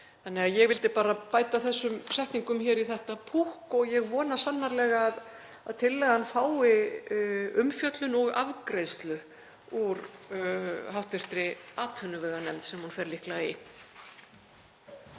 lagi. Ég vildi bara bæta þessum setningum í þetta púkk og ég vona sannarlega að tillagan fái umfjöllun og afgreiðslu úr hv. atvinnuveganefnd, sem hún fer líklega í.